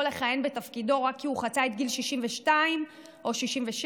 לכהן בתפקידו רק כי הוא חצה את גיל 62 או 67?